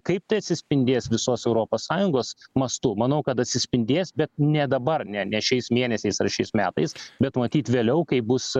kaip tai atsispindės visos europos sąjungos mastu manau kad atsispindės bet ne dabar ne ne šiais mėnesiais ar šiais metais bet matyt vėliau kaip bus